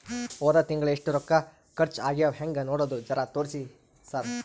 ಹೊದ ತಿಂಗಳ ಎಷ್ಟ ರೊಕ್ಕ ಖರ್ಚಾ ಆಗ್ಯಾವ ಹೆಂಗ ನೋಡದು ಜರಾ ತೋರ್ಸಿ ಸರಾ?